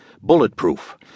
bulletproof